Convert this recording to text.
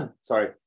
sorry